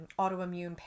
autoimmune